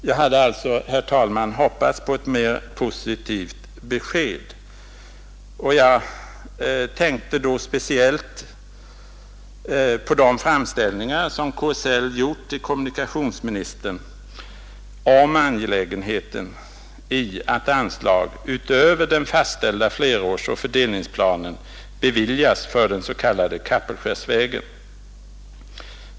Jag hade alltså, herr talman, hoppats på ett mera positivt besked från kommunikationsministern. Jag tänkte då speciellt på de framställningar som KSL gjort till kommunikationsministern om angelägenheten av att anslag utöver den fastställda flerårsoch fördelningsplanen beviljas för den s.k. Kapellskärsvägen.